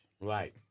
Right